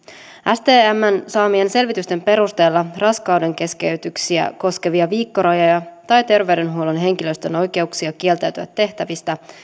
stmn saamien selvitysten perusteella raskaudenkeskeytyksiä koskevia viikkorajoja tai terveydenhuollon henkilöstön oikeuksia kieltäytyä tehtävistä